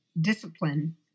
discipline